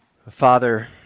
Father